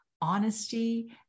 honesty